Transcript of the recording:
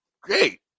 Great